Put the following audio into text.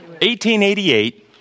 1888